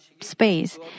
space